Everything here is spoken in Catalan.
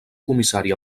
comissari